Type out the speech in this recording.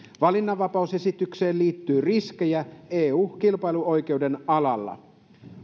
valinnanvapausesitykseen liittyy riskejä eu kilpailuoikeuden alalla